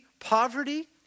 Poverty